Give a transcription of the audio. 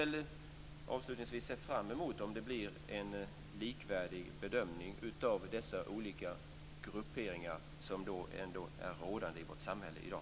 Låt oss se fram emot att det blir en likvärdig bedömning av dessa olika grupper i vårt samhälle i dag.